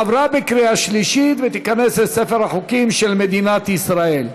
עברה בקריאה שלישית ותיכנס לספר החוקים של מדינת ישראל.